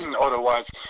Otherwise